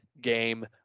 game